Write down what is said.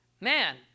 man